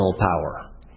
power